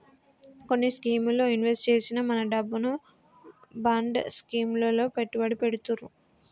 కొన్ని స్కీముల్లో ఇన్వెస్ట్ చేసిన మన డబ్బును బాండ్ స్కీం లలో పెట్టుబడి పెడతుర్రు